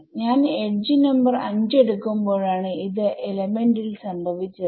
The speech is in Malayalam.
ഞാൻ എഡ്ജ് നമ്പർ 5 എടുക്കുമ്പോഴാണ് ഇത് എലമെന്റ് ൽ സംഭവിച്ചത്